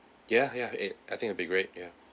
ya ya I think it'll be great ya